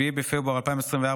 7 בפברואר 2024,